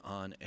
on